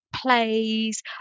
plays